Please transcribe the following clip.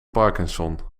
parkinson